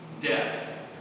Death